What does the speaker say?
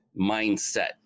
mindset